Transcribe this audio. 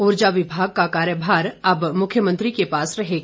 ऊर्जा विभाग का कार्यभार अब मुख्यमंत्री के पास रहेगा